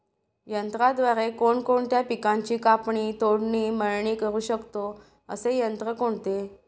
यंत्राद्वारे कोणकोणत्या पिकांची कापणी, तोडणी, मळणी करु शकतो, असे यंत्र कोणते?